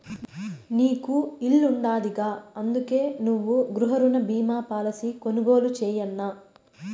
నీకు ఇల్లుండాదిగా, అందుకే నువ్వు గృహరుణ బీమా పాలసీ కొనుగోలు చేయన్నా